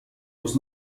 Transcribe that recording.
was